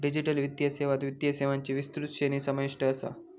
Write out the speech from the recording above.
digital वित्तीय सेवात वित्तीय सेवांची विस्तृत श्रेणी समाविष्ट असा